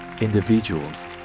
individuals